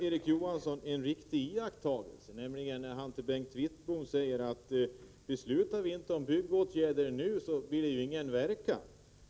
Erik Johansson gör en riktig iakttagelse när han till Bengt Wittbom säger, att om vi inte beslutar om byggåtgärder nu får de ingen verkan.